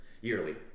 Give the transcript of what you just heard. yearly